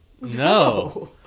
No